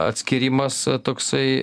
atskyrimas toksai